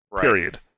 Period